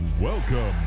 Welcome